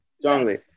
strongly